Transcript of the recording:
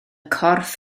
corff